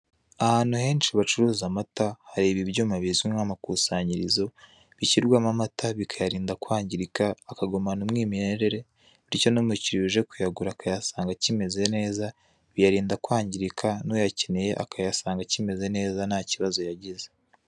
Ahantu henshi bacuruza amata, hari ibi byuma bizwi nk'amakusanyirizo, bishyirwamo amata bikayarinda kwangirika, akagumana umwimerere, bityo n'umukiriya uje kuyagura akayasanga akimeze neza, biyarinda kwangirika, n'uyakeneye akayasanga akimeze neza ntakibazo yagize.